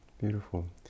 Beautiful